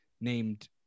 named